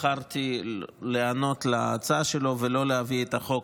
בחרתי להיענות להצעה שלו ולא להביא את החוק